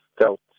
felt